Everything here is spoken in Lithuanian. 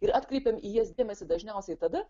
ir atkreipėm į jas dėmesį dažniausiai tada